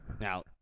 Now